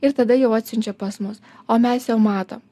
ir tada jau atsiunčia pas mus o mes jau matom